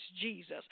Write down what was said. Jesus